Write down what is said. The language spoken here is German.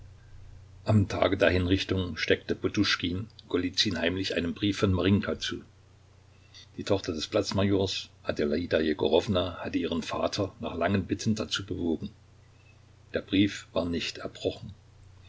am tage der hinrichtung steckte poduschkin golizyn heimlich einen brief von marinjka zu die tochter des platz majors adelaida jegorowna hatte ihren vater nach langen bitten dazu bewogen der brief war nicht erbrochen